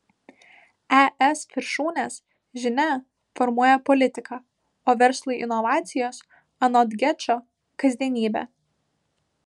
es viršūnės žinia formuoja politiką o verslui inovacijos anot gečo kasdienybė